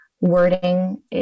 wording